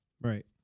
Right